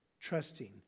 trusting